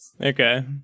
Okay